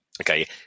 okay